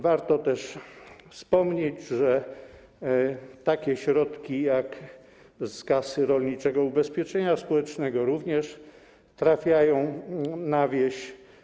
Warto też wspomnieć, że takie środki jak środki z Kasy Rolniczego Ubezpieczenia Społecznego również trafiają na wieś.